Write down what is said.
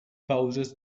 pauses